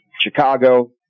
Chicago